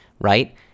right